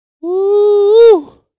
Woo